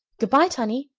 good-by, tunny.